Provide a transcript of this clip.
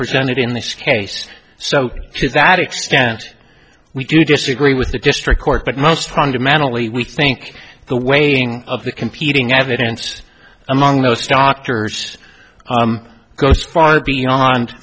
presented in this case so to that extent we do disagree with the district court but most fundamentally we think the weighting of the competing evidence among most doctors goes far beyond